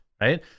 right